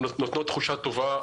שנותנות תחושה טובה,